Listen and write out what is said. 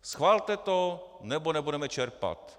Schvalte to, nebo nebudeme čerpat.